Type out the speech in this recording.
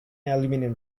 aluminum